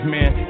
Man